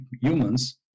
humans